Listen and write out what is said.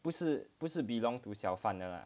不是不是 belonged to 小贩的 ah